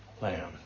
Lamb